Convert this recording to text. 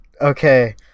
Okay